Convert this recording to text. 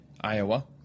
Iowa